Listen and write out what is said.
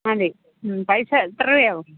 മതി മ്മ് പൈസ എത്ര രൂപയാവും